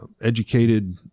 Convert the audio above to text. educated